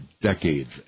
decades